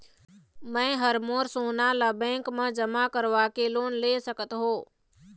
मैं हर मोर सोना ला बैंक म जमा करवाके लोन ले सकत हो?